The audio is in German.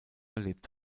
lebt